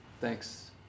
Thanks